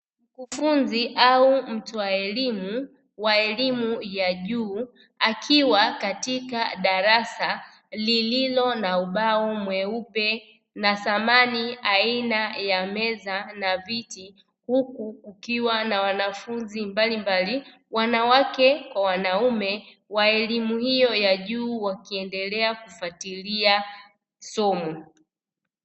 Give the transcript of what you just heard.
Mkufunzi au mtoa elimu wa elimu wa elimu ya juu, akiwa katika darasa lililo na ubao mweupe na samani aina ya meza na viti. Huku kukiwa na wanafunzi mbalimbali wanawake kwa wanaume, wa elimu hiyo ya juu, wakiendelea kufuatilia somo.